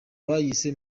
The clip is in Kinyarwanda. bayise